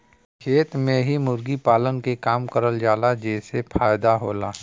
खेत में ही मुर्गी पालन के काम करल जाला जेसे फायदा होला